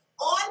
on